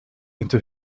into